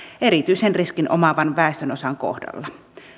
erityisen riskin omaavan väestönosan kohdalla